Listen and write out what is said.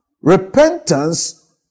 Repentance